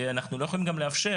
שאנחנו לא יכולים לאפשר,